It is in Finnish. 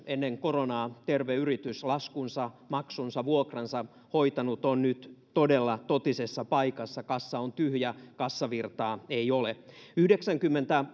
ennen koronaa terve yritys laskunsa maksunsa vuokransa hoitanut on nyt todella totisessa paikassa kassa on tyhjä kassavirtaa ei ole yhdeksänkymmentä